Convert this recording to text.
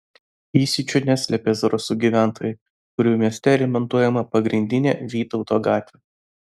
įsiūčio neslėpė zarasų gyventojai kurių mieste remontuojama pagrindinė vytauto gatvė